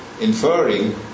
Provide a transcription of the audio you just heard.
inferring